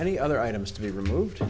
any other items to be removed